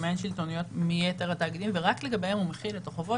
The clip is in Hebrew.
מעין שלטוניות מיתר התאגידים ורק לגביהם הוא מחיל את החובות